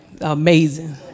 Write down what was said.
Amazing